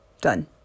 done